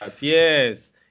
Yes